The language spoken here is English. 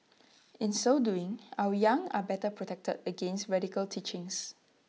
in so doing our young are better protected against radical teachings